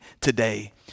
today